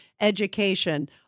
education